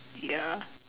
ya